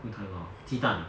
鸡蛋